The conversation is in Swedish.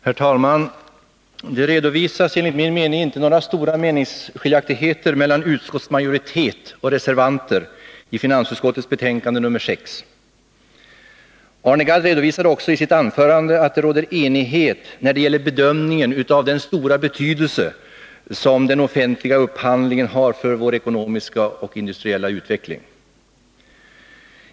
Herr talman! Det redovisas enligt min mening inga större meningsskiljaktigheter mellan utskottsmajoritet och reservanter i finansutskottets betänkande nr 6. Arne Gadd framhöll också i sitt anförande att det råder enighet när det gäller bedömningen av den stora betydelse som den offentliga upphandlingen har för vår ekonomiska och industriella utveckling.